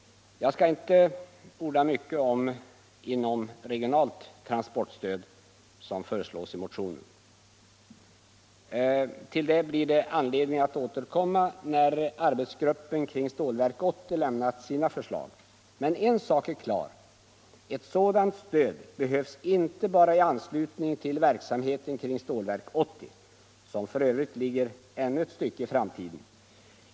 Jag skall inte orda mycket om inomregionalt transportstöd, som föreslås i motionen. Till det blir det anledning att återkomma när arbetsgruppen kring Stålverk 80 lämnat sina förslag. Men en sak är klar: Ett sådant stöd behövs inte bara i anslutning till verksamheten kring Stålverk 80, som för övrigt ligger ännu ett stycke in i framtiden.